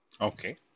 Okay